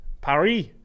Paris